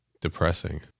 depressing